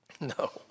No